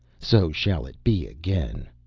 so shall it be again.